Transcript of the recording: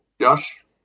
Josh